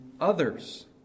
others